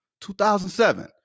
2007